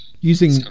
using